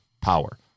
power